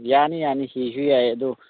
ꯌꯥꯅꯤ ꯌꯥꯅꯤ ꯍꯤꯁꯨ ꯌꯥꯏ ꯑꯗꯣ